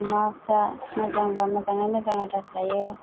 अमाफ्रा मोजांबा मोजाङै मोजां आदार जायो